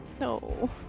No